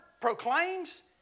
proclaims